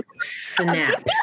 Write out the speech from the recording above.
snap